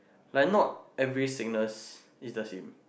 like not every sickness is the same